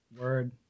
Word